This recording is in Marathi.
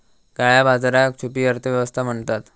काळया बाजाराक छुपी अर्थ व्यवस्था म्हणतत